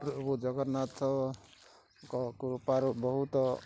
ପ୍ରଭୁ ଜଗନ୍ନାଥଙ୍କ କୃପାରୁ ବହୁତ